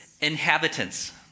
Inhabitants